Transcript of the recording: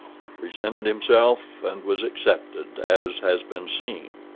he presented himself, and was accepted, as has been seen.